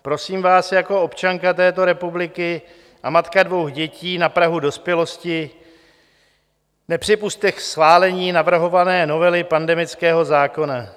Prosím vás jako občanka této republiky a matka dvou dětí na prahu dospělosti, nepřipusťte k schválení navrhované novely pandemického zákona.